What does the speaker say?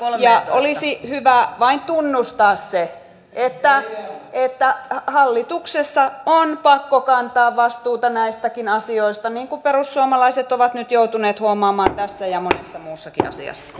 olisi hyvä vain tunnustaa se että että hallituksessa on pakko kantaa vastuuta näistäkin asioista niin kuin perussuomalaiset ovat nyt joutuneet huomaamaan tässä ja monessa muussakin asiassa